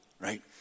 right